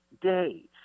days